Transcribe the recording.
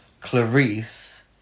Clarice